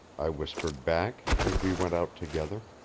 i whispered back, as we went out together.